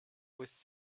was